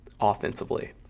offensively